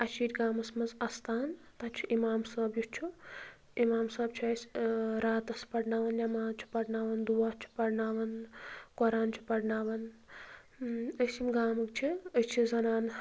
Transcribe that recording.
اَسہِ چھِ ییٚتہِ گامَس منٛز اَستان تَتہِ چھُ اِمام صٲب یُس چھُ اِمام صٲب چھُ اَسہِ راتَس پَرناوان نٮ۪ماز چھُ پَرناوان دُعا چھُ پَرناوان قۄران چھُ پَرناوان أسۍ یِم گامٕکۍ چھِ أسۍ چھِ زَنانہٕ